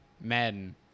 Madden